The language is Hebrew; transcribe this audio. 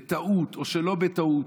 בטעות או שלא בטעות,